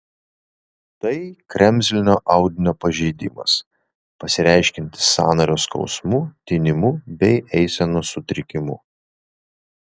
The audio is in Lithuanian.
tai kremzlinio audinio pažeidimas pasireiškiantis sąnario skausmu tinimu bei eisenos sutrikimu